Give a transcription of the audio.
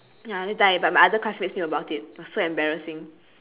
ya but my other classmates knew about it it was so embarrassing